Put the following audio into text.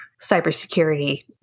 cybersecurity